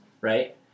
right